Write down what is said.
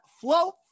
Float